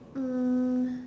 um